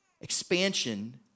Expansion